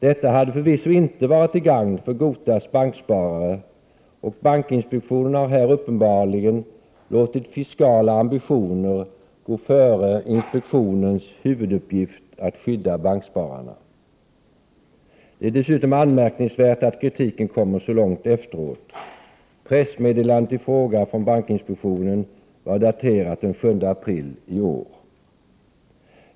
Detta hade förvisso inte varit till gagn för Gotas banksparare, och bankinspektionen har här uppenbarligen låtit fiskala ambitioner gå före inspektionens huvuduppgift att skydda bankspararna. Det är dessutom anmärkningsvärt att kritiken kommer så långt efteråt. Pressmeddelandet i fråga från bankinspektionen var daterat den 7 april i år.